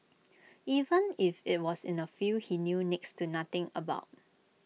even if IT was in A field he knew next to nothing about